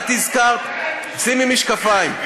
את הזכרת, שימי משקפיים.